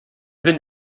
been